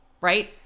right